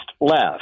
left